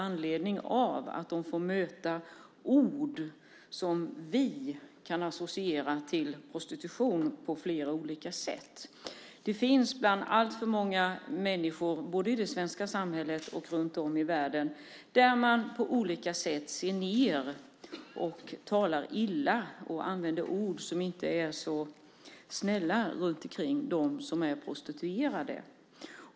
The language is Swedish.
Anledningen till detta är de får möta ord som vi kan associera till prostitution på flera olika sätt. Det finns, både i det svenska samhället och runt om i världen, alltför många människor som på olika sätt ser ned på, talar illa om och använder ord som inte är så snälla om de prostituerade.